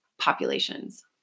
populations